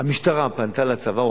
שהמשטרה פנתה אל הצבא,